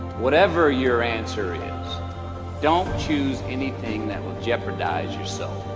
whatever your answer is don't choose anything that will jeopardize yourself